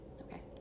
okay